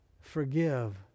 Forgive